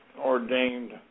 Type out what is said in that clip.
ordained